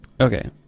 Okay